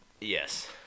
Yes